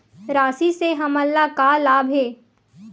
राशि से हमन ला का लाभ हे?